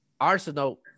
Arsenal